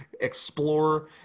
explore